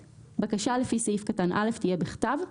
בקשה לפי סעיף קטן (א) תהיה בכתב,